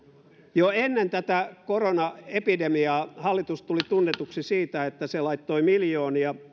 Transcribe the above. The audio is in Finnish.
jo ennen tätä koronaepidemiaa hallitus tuli tunnetuksi siitä että se laittoi miljoonia